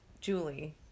Julie